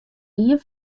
ien